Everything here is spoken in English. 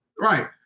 Right